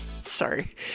Sorry